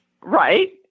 Right